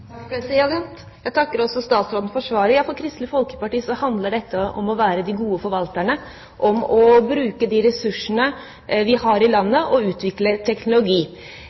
Jeg takker statsråden for svaret. For Kristelig Folkeparti handler dette om å være de gode forvalterne, om å bruke de ressursene vi har i landet, og om å utvikle teknologi.